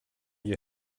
you